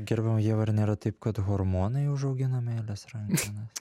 gerbiama ieva ar nėra taip kad hormonai užaugina meilės rankenas